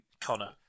Connor